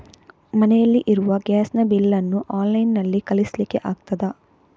ಮನೆಯಲ್ಲಿ ಇರುವ ಗ್ಯಾಸ್ ನ ಬಿಲ್ ನ್ನು ಆನ್ಲೈನ್ ನಲ್ಲಿ ಕಳಿಸ್ಲಿಕ್ಕೆ ಆಗ್ತದಾ?